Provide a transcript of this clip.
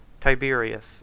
tiberius